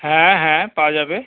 হ্যাঁ হ্যাঁ পাওয়া যাবে